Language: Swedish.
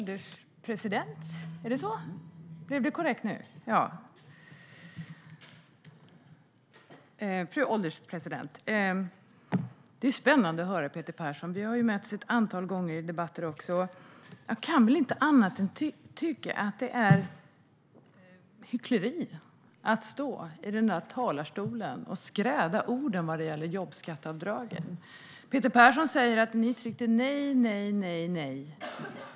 Fru ålderspresident! Det är spännande att höra Peter Persson. Vi har också mötts ett antal gånger i debatter. Jag kan inte tycka annat än att det är hyckleri att stå i talarstolen och kritisera jobbskatteavdragen. Peter Persson säger att Socialdemokraterna gång på gång tryckte nej.